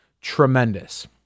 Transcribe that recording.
Tremendous